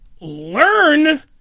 learn